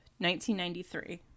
1993